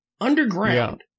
Underground